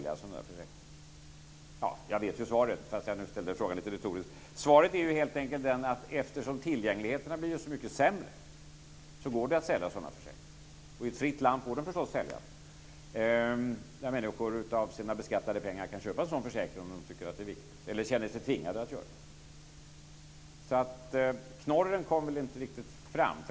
Jag vet ju svaret, fast jag nu ställde frågan lite retoriskt. Svaret är helt enkelt att eftersom tillgängligheten har blivit så mycket sämre så går det att sälja sådana här försäkringar. I ett fritt land får de förstås också säljas. Människor kan för sina beskattade pengar köpa en sådan försäkring om de tycker att det är viktigt eller om de känner sig tvingade att göra det. Knorren kom alltså inte riktigt fram.